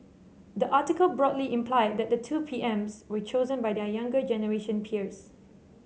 the article broadly implied that the two PM's were chosen by their younger generation peers